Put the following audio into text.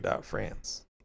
France